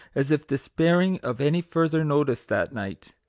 as if despairing of any further notice that night.